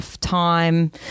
Time